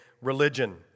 religion